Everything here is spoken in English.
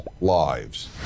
lives